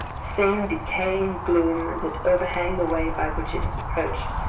same decay and gloom that overhang the way by which it is approached,